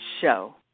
show